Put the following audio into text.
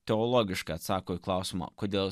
teologiška atsako į klausimą kodėl